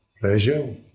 Pleasure